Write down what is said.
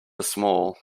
small